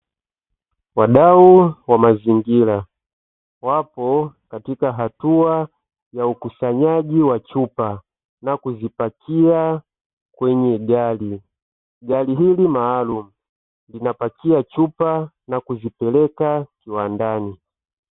Wadau wa mazingira wapo katika hatua ya ukisanyaji wa chupa na kuzipakia kwenye gari. Gari hili maalumu linapakia chupa na kuzipereka kiwandani.